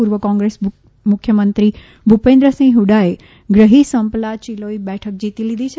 પૂર્વ કોંગ્રેસ મુખ્યમંત્રી ભુપેન્દ્રસિંગ ફડાએ ગ્રફી સંપલા ચિલોઇ બેઠક જીતી લીધી છે